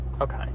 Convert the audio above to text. Okay